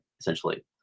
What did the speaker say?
essentially